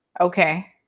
Okay